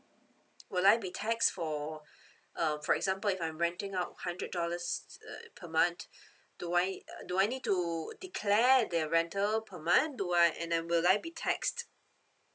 will I be tax for uh for example if I'm renting out hundred dollars s~ uh per month do I uh do I need to declare their rental per month do I and then will I be taxed